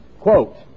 quote